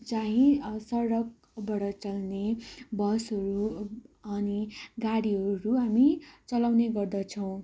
चाहिँ सडकबाट चल्ने बसहरू अनि गाडीहरू हामी चलाउने गर्दछौँ